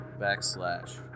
backslash